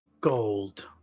gold